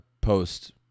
post